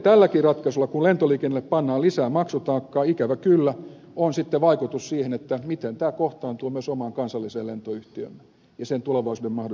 tälläkin ratkaisulla kun lentoliikenteelle pannaan lisää maksutaakkaa ikävä kyllä on sitten vaikutus siihen miten tämä kohtaantuu myös omaan kansalliseen lentoyhtiöömme ja sen tulevaisuuden mahdollisuuksiin pärjätä